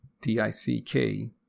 D-I-C-K